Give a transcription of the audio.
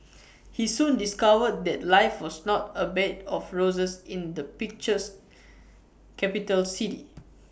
he soon discovered that life was not A bed of roses in the pictures capital city